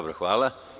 Hvala.